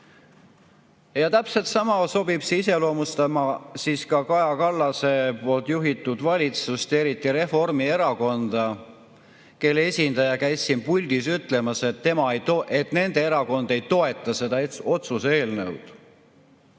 teinud."Täpselt sama sobib iseloomustama ka Kaja Kallase juhitud valitsust ja eriti Reformierakonda, kelle esindaja käis siin puldis ütlemas, et nende erakond ei toeta seda otsuse eelnõu.